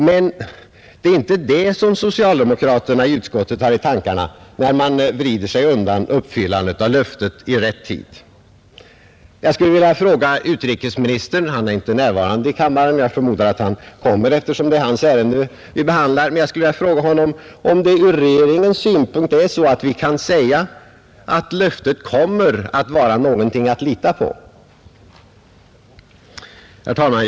Men det är inte det som socialdemokraterna i utskottet har i tankarna, när man vrider sig undan uppfyllandet av löftet i rätt tid. Jag skulle vilja fråga utrikesministern — han är inte närvarande i kammaren, men jag förmodar att han kommer eftersom det är hans ärende vi behandlar — om vi från regeringens synpunkt kan säga att löftet kommer att vara något att lita på. Herr talman!